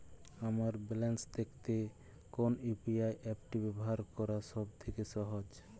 আমার ব্যালান্স দেখতে কোন ইউ.পি.আই অ্যাপটি ব্যবহার করা সব থেকে সহজ?